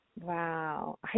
Wow